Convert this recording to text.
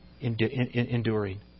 enduring